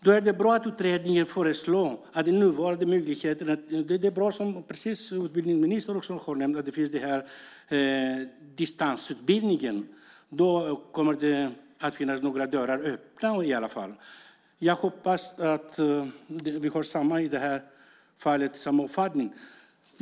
Det är bra att utredningen har föreslagit, precis som utbildningsministern har nämnt, att det ska finnas en distansutbildning. Då kommer det i alla fall att finnas några dörrar öppna. Jag hoppas att vi har samma uppfattning.